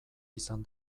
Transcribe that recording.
izan